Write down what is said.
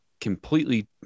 completely